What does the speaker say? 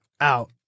out